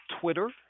Twitter